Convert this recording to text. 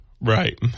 Right